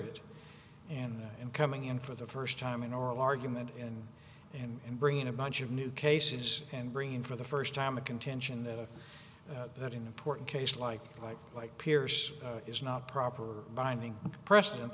it and in coming in for the first time in oral argument and and in bringing a bunch of new cases and bring in for the first time a contention that if that an important case like like like pierce is not proper binding precedent